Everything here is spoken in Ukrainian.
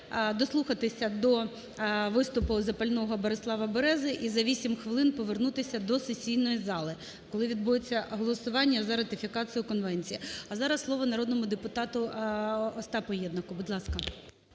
дослухатися до виступу запального Борислава Берези і за вісім хвилин повернутися до сесійної зали, коли відбудеться голосування за ратифікацію конвенції. А зараз слово народному депутату Остапу Єднаку, будь ласка.